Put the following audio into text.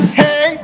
hey